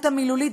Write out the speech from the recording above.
וילדים.